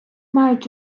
мають